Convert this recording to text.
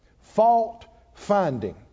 fault-finding